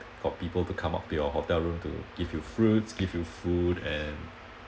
for people to come up to your hotel room to give you fruits give you food and